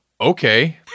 okay